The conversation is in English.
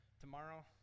tomorrow